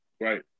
Right